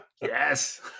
Yes